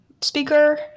Speaker